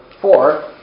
four